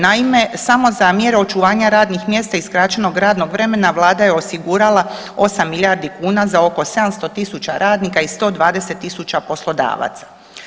Naime, samo za mjere očuvanja radnih mjesta i skraćenog radnog vremena Vlada je osigurala osam milijardi kuna za oko 70.000 radnika i 120.000 poslodavaca.